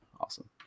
Awesome